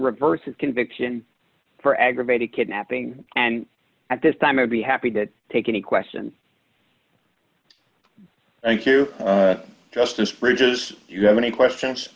reverse his conviction for aggravated kidnapping and at this time i'd be happy to take any questions thank you justice frazier's you have many questions